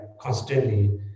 constantly